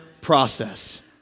process